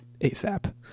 asap